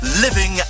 living